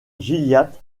gilliatt